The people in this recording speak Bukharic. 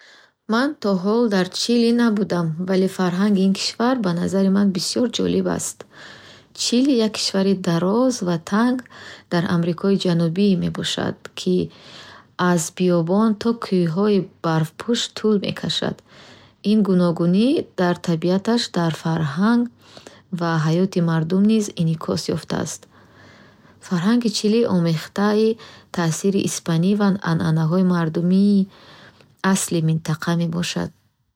Ман то ҳол дар Чили набудам, вале фарҳанги ин кишвар ба назари ман бисёр ҷолиб аст. Чили як кишвари дароз ва танг дар Амрикои Ҷанубӣ мебошад, ки аз биёбон то кӯҳҳои барфпӯш тӯл мекашад. Ин гуногунӣ дар табиаташ дар фарҳанг ва ҳаёти мардум низ инъикос ёфтааст. Фарҳанги Чили омехтаи таъсири испанӣ ва анъанаҳои мардумии асли минтақа мебошад.